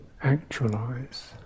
actualize